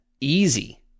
easy